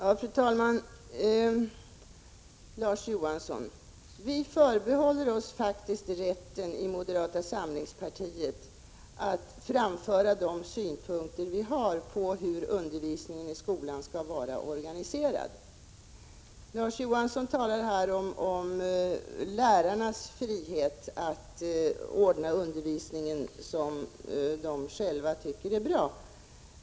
Fru talman! Vi i moderata samlingspartiet förbehåller oss faktiskt rätten, Larz Johansson, att framföra de synpunkter som vi har på hur undervisningeni skolan skall vara organiserad. Larz Johansson talar här om lärarnas frihet att bedriva undervisningen på det sätt de själva tycker är bra.